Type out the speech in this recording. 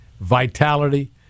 vitality